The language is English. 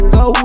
go